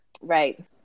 Right